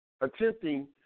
Attempting